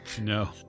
No